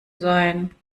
sein